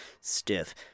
stiff